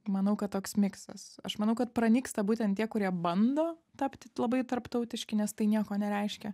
manau kad toks miksas aš manau kad pranyksta būtent tie kurie bando tapti labai tarptautiški nes tai nieko nereiškia